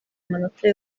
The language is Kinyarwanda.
amanota